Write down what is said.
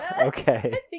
Okay